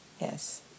Yes